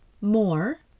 more